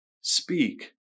speak